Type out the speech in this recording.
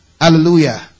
Hallelujah